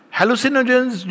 hallucinogens